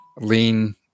lean